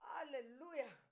Hallelujah